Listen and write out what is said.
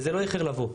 וזה לא איחר לבוא.